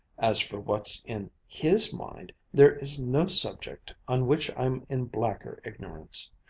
as for what's in his mind, there is no subject on which i'm in blacker ignorance.